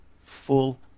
full